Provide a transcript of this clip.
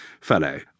fellow